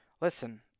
listen